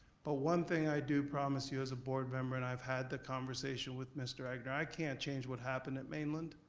but one thing i do promise you as a board member, and i've had the conversation with mr. egnor, i can't change what happened at mainland.